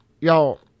y'all